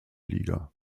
liga